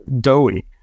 doughy